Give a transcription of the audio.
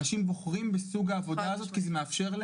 אנשים בוחרים בסוג העבודה הזאת כי היא מאפשרת